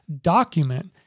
document